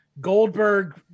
Goldberg